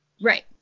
Right